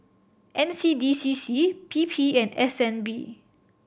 N C D C C P P and S N B